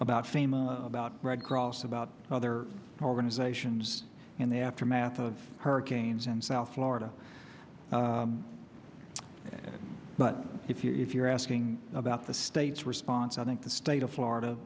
about fame about red cross about other programs ations in the aftermath of hurricanes in south florida but if you if you're asking about the state's response i think the state of florida